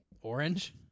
Orange